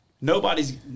nobody's